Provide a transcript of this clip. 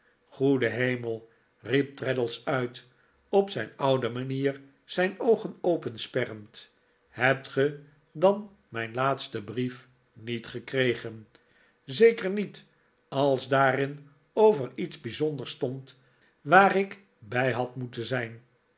goede hemel riep traddles uit op zijn oude ihanier zijn oogen opensperrend hebt ge dan mijn laatsten brief niet gekregen zeker niet als daarin over iets bijzonders stond waar ik bij had moeten zijn